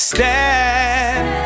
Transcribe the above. Stand